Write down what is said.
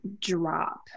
drop